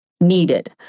needed